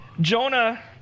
Jonah